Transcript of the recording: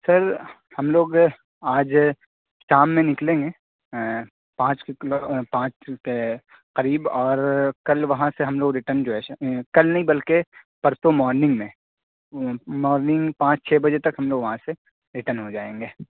سر ہم لوگ آج شام میں نکلیں گے پانچ پانچ کے قریب اور کل وہاں سے ہم لوگ رٹرن جو ہے کل نہیں بلکہ پرسو مارننگ میں مارننگ پانچ چھ بجے تک ہم لوگ وہاں سے رٹرن ہو جائیں گے